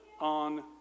on